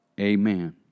Amen